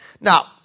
Now